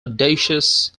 audacious